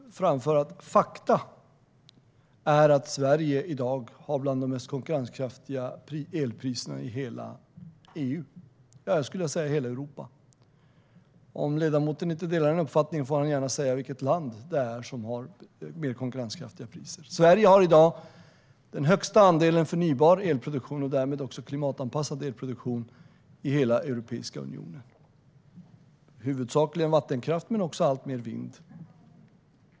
Herr talman! Låt mig för tydlighetens skull framföra fakta: Sverige har i dag bland de mest konkurrenskraftiga elpriserna i hela EU - ja, i hela Europa. Om ledamoten inte delar denna uppfattning får han gärna säga vilket land som har mer konkurrenskraftiga priser. Sverige har i dag den största andelen förnybar elproduktion, och därmed klimatanpassad elproduktion, i hela Europeiska unionen. Den består huvudsakligen av vattenkraft men alltmer av vindkraft.